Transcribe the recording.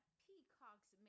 peacocks